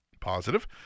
Positive